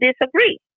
disagree